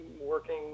working